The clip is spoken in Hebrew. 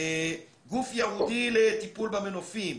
גוף ייעודי לטיפול במנופים,